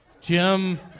Jim